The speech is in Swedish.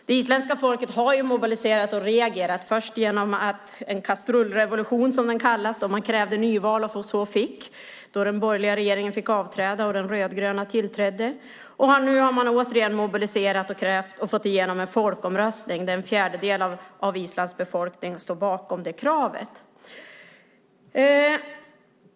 Det isländska folket har mobiliserat sig, först genom en "kastrullrevolution", där man krävde nyval och fick ett sådant; den borgerliga regeringen fick avgå och den rödgröna tillträdde. Nu har man återigen mobiliserat sig och fått igenom en folkomröstning. En fjärdedel av Islands befolkning står bakom det kravet.